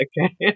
Okay